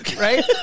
Right